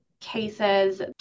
cases